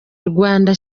rwanda